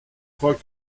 crois